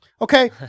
okay